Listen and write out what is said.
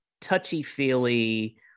touchy-feely